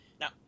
Now